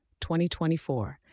2024